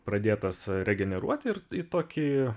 pradėtas regeneruoti ir į tokį